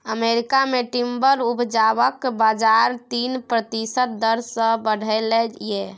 America मे timber उपजाक बजार तीन प्रतिशत दर सँ बढ़लै यै